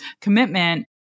commitment